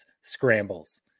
scrambles